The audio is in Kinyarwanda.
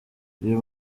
uyu